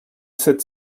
sept